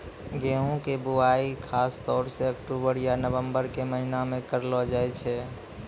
गेहूँ के बुआई खासतौर सॅ अक्टूबर या नवंबर के महीना मॅ करलो जाय छै